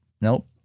Nope